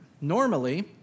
Normally